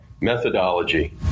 methodology